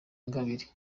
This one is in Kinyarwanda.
ingabire